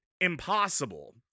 impossible